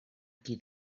qui